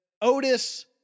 Otis